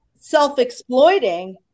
self-exploiting